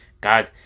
God